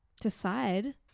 decide